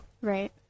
Right